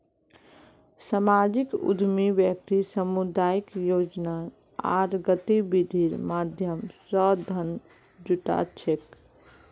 सामाजिक उद्यमी व्यक्ति सामुदायिक आयोजना आर गतिविधिर माध्यम स धन जुटा छेक